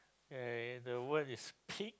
uh the word is pick